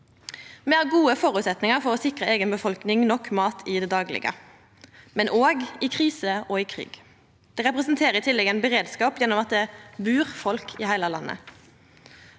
Me har gode føresetnader for å sikra eigen befolkning nok mat i det daglege, men også i krise og i krig. Det representerer i tillegg ein beredskap gjennom at det bur folk i heile landet.